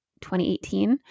2018